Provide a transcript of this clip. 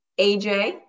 AJ